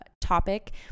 topic